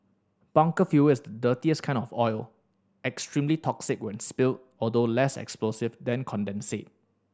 bunker fuel is the dirtiest kind of oil extremely toxic when spilled although less explosive than condensate